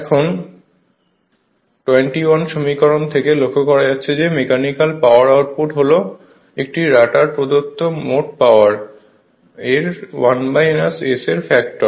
এখন 21 সমীকরণ থেকে লক্ষ্য করা যাচ্ছে যে মেকানিকাল পাওয়ার আউটপুট হল একটি রটারে প্রদত্ত মোট পাওয়ার এর 1 S এর ফ্যাক্টর